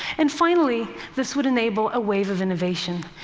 and finally, this would enable a wave of innovation,